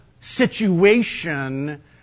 situation